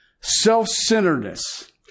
self-centeredness